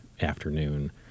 afternoon